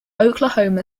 oklahoma